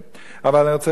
אבל אני רוצה להתייחס,